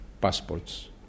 passports